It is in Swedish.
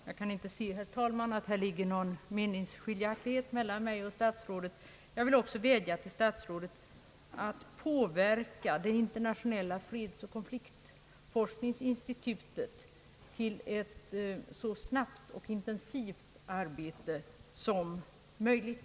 Jag kan inte se att här föreligger någon meningsskiljaktighet mellan mig och statsrådet och vill vädja till statsrådet att påverka det internationella fredsoch konfliktforskningsinstitutet till ett så snabbt och intensivt arbete som möjligt.